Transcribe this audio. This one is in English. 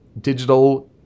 digital